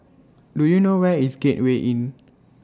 Do YOU know Where IS Gateway Inn